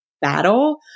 battle